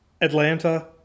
Atlanta